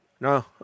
No